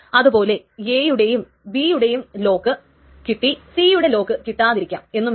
അതുപോലെ A യുടെയും B യുടെയും ലോക്ക് കിട്ടി സി യുടെ ലോക്ക് കിട്ടാതിരിക്കാം എന്നുമില്ല